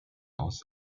aus